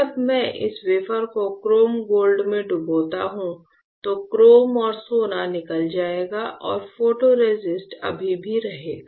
जब मैं इस वेफर को क्रोम गोल्ड में डुबाता हूं तो क्रोम और सोना निकल जाएगा और फोटोरेसिस्ट अभी भी रहेगा